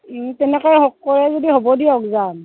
তেনেকৈয়ে কৰে যদি হ'ব দিয়ক যাম